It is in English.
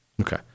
Okay